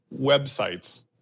websites